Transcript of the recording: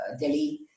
Delhi